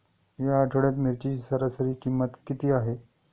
या आठवड्यात मिरचीची सरासरी किंमत किती आहे?